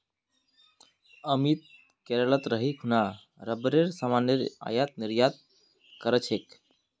अमित केरलत रही खूना रबरेर सामानेर आयात निर्यात कर छेक